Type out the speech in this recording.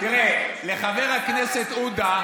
תראה, לחבר הכנסת עודה,